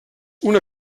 una